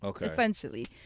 essentially